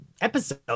episode